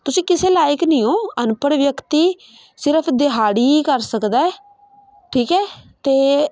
ਤੁਸੀਂ ਕਿਸੇ ਲਾਇਕ ਨਹੀਂ ਹੋ ਅਨਪੜ੍ਹ ਵਿਅਕਤੀ ਸਿਰਫ਼ ਦਿਹਾੜੀ ਹੀ ਕਰ ਸਕਦਾ ਠੀਕ ਹੈ ਅਤੇ